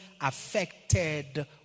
affected